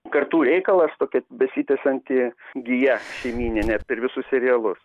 kartų reikalas kokia besitęsianti gija šeimyninė per visus serialus